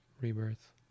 rebirth